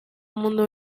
munduko